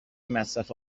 مصرف